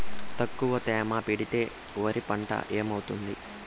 తక్కువ తేమ పెడితే వరి పంట ఏమవుతుంది